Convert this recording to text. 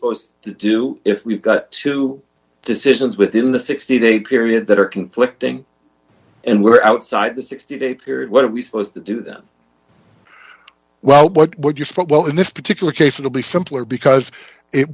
supposed to do if we've got two decisions within the sixty day period that are conflicting and we're outside the sixty day period what are we supposed to do that well what would you put well in this particular case it will be